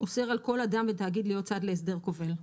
אוסר על כל אדם ותאגיד להיות צד להסדר כובל.